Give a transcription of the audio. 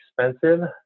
expensive